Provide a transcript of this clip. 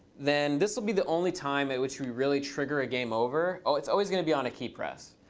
then this will be the only time at which we really trigger a game over. oh, it's always going to be on a key press.